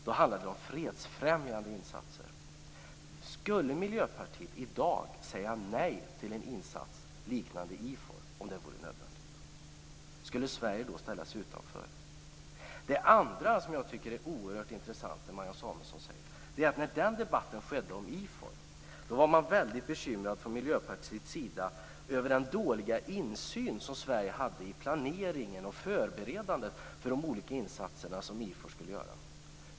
Då handlar det om fredsfrämjande insatser. Skulle Miljöpartiet i dag säga nej till en insats liknande IFOR, om en sådan skulle vara nödvändig? Skulle Sverige då ställa sig utanför? När debatten fördes om IFOR var man från Miljöpartiets sida väldigt bekymrad över den dåliga insyn Sverige hade i planeringen och förberedelserna av de olika IFOR-insatserna.